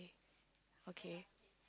okay